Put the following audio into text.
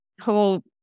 whole